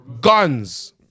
guns